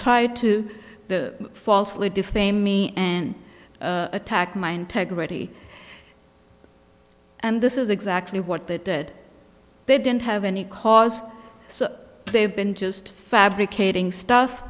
ried to falsely defame me and attack my integrity and this is exactly what they did they didn't have any cause so they've been just fabricating stuff